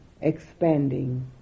expanding